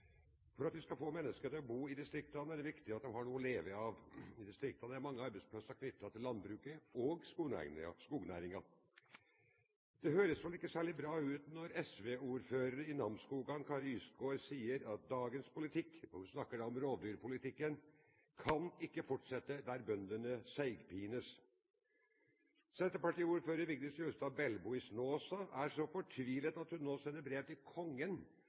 For at vi skal få mennesker til å bo i distriktene, er det viktig at de har noe å leve av. I distriktene er mange arbeidsplasser knyttet til landbruket og skognæringen. Det høres vel ikke særlig bra ut når SV-ordføreren i Namsskogan, Kari Ystgård, sier – og hun snakker da om rovdyrpolitikken: «Dagens politikk kan ikke fortsette der bøndene seigpines.» Senterpartiordfører Vigdis Hjulstad Belbo i Snåsa er så fortvilet at hun nå sender brev til Kongen